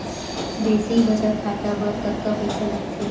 Basic बचत खाता बर कतका पईसा लगथे?